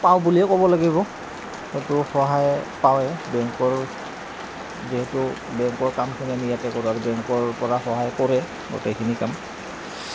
পাওঁ বুলিয়ে ক'ব লাগিব সেইটো সহায় পাওঁয়ে বেংকৰ যিহেতু বেংকৰ কামখিনি কৰোঁ আৰু বেংকৰ পৰা সহায় কৰে গোটেইখিনি কাম